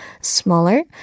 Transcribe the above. smaller